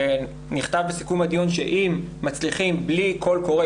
נכתב בסיכום הדיון שאם מצליחים בלי קול קורא,